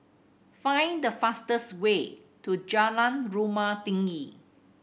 find the fastest way to Jalan Rumah Tinggi